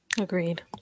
Agreed